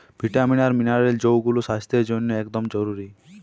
vitamin আর mineral যৌগুলা স্বাস্থ্যের জন্যে একদম জরুরি